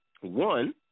One